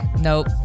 Nope